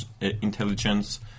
intelligence